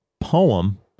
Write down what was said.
poem